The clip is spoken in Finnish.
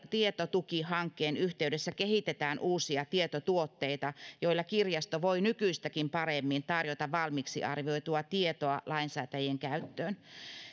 tietotukihankkeen yhteydessä kehitetään uusia tietotuotteita joilla kirjasto voi nykyistäkin paremmin tarjota valmiiksi arvioitua tietoa lainsäätäjien käyttöön